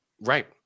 Right